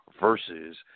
versus